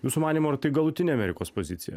jūsų manymu ar tai galutinė amerikos pozicija